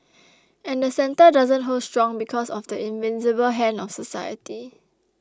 and the centre doesn't hold strong because of the invisible hand of society